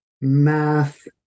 math